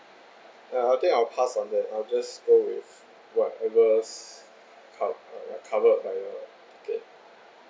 uh I think I'll pass on that I'll just go with whatever co~ cover of whatever good